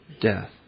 death